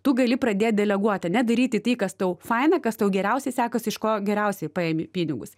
tu gali pradėt deleguot ane daryti tai kas tau faina kas tau geriausiai sekasi iš ko geriausiai paėmi pinigus